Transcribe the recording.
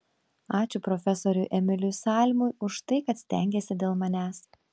ačiū profesoriui emiliui salimui už tai kad stengėsi dėl manęs